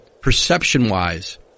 perception-wise